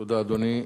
תודה, אדוני.